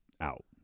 out